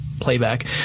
playback